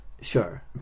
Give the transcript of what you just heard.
Sure